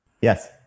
Yes